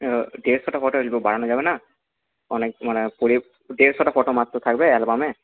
দেড়শোটা photo আসবে বাড়ানো যাবে না অনেক মানে দেড়শোটা ফটো মাত্র থাকবে অ্যালবামে